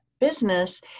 business